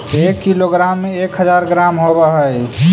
एक किलोग्राम में एक हज़ार ग्राम होव हई